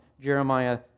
Jeremiah